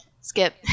Skip